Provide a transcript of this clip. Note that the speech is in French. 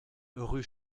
rue